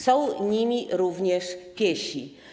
Są nimi również piesi.